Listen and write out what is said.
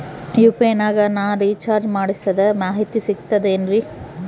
UPI ನಾಗ ನಾ recharge ಮಾಡಿಸಿದ ಮಾಹಿತಿ ಸಿಕ್ತದೆ ಏನ್ರಿ?